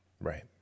Right